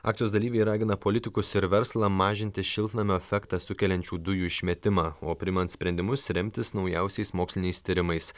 akcijos dalyviai ragina politikus ir verslą mažinti šiltnamio efektą sukeliančių dujų išmetimą o priimant sprendimus remtis naujausiais moksliniais tyrimais